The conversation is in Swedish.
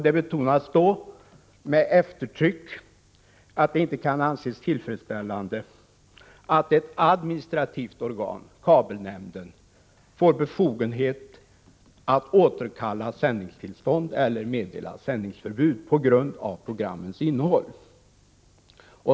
Det betonas med eftertryck att det inte kan anses tillfredsställande att ett administrativt organ — kabelnämnden — får befogenhet att återkalla sändningstillstånd eller meddela sändningsförbud på grund av programmens innehåll.